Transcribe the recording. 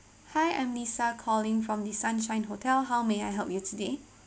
hi I'm lisa calling from the sunshine hotel how may I help you today